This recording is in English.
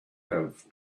have